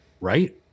right